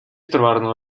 trovarono